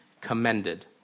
commended